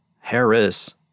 Harris